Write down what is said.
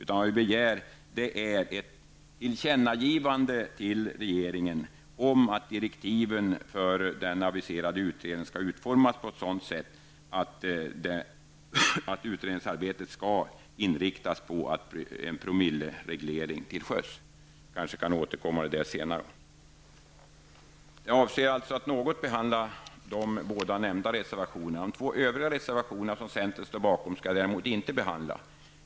Vad vi begär är ett tillkännagivande till regeringen att direktiven för den aviserade utredningen skall utformas på ett sådant sätt att utredningsarbetet inriktas på en promillereglering till sjöss. Jag kanske kan återkomma till det senare. Jag avser att något behandla de båda nämnda reservationerna. De två övriga reservationer som centern står bakom skall jag däremot inte ta upp.